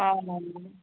आ आम्